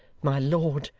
my lord,